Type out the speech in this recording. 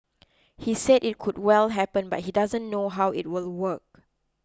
he said it could well happen but he doesn't know how it will work